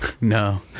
no